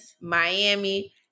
Miami